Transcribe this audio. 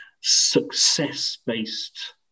success-based